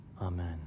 Amen